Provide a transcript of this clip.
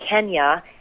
Kenya